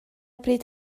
bryd